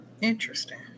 Interesting